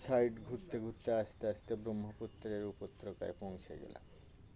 side ঘুরতে ঘুরতে আস্তে আস্তে ব্রহ্মপুত্রের উপত্যকায় পৌঁছে গেল